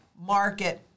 market